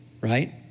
right